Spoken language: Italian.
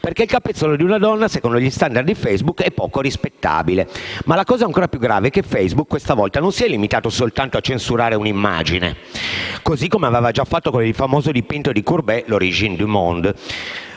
Il capezzolo di una donna secondo gli *standard* di Facebook è poco "rispettabile". Ma la cosa ancora più grave è che Facebook questa volta non si è limitato soltanto a censurare un'immagine, così come aveva già fatto per il famoso dipinto di Courbet, «L'origine du monde».